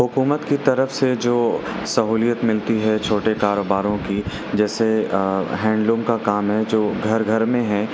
حکومت کی طرف سے جو سہولیت ملتی ہے چھوٹے کاروباروں کی جیسے ہینڈ لوم کا کام ہے جو گھر گھر میں ہے